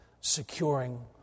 securing